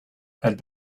had